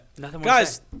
Guys